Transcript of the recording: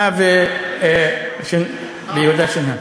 יוסי יונה ויהודה שנהב.